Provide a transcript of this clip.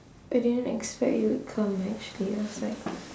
I didn't expect you would come actually I was like